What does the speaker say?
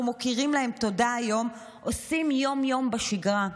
מכירים להם תודה היום עושים יום-יום בשגרה.